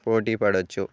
పోటీ పడవచ్చు